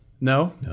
No